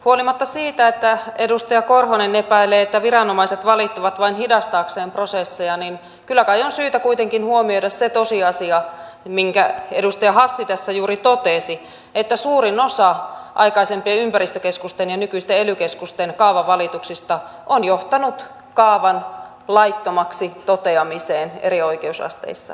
huolimatta siitä että edustaja korhonen epäilee että viranomaiset valittavat vain hidastaakseen prosesseja kyllä kai on syytä kuitenkin huomioida se tosiasia minkä edustaja hassi tässä juuri totesi että suurin osa aikaisempien ympäristökeskusten ja nykyisten ely keskusten kaavavalituksista on johtanut kaavan laittomaksi toteamiseen eri oikeusasteissa